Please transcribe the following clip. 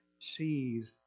sees